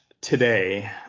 today